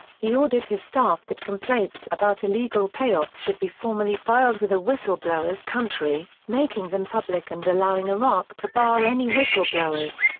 he ordered his staff that complaints about illegal payoffs should be formally filed with the whistleblower's country, making them public and allowing iraq to bar any whistleblowers.